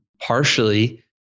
partially